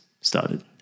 started